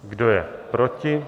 Kdo je proti?